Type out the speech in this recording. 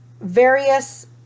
various